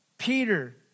Peter